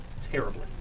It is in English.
terribly